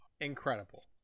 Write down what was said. incredible